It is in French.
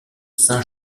saint